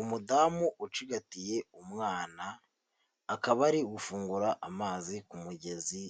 Umudamu ucigatiye umwana, akaba ari gufungura amazi ku mugezi,